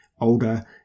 older